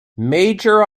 major